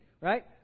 right